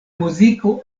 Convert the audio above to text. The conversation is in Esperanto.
muziko